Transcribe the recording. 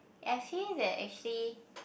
I feel that actually